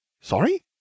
Sorry